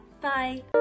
bye